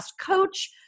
coach